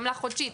עמלה חודשית,